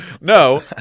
No